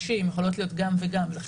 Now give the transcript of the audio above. דווקא מזכירים את המוסד לביטוח לאומי ולא